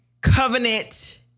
covenant